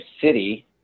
city